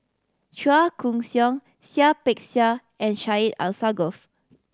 Chua Koon Siong Seah Peck Seah and Syed Alsagoff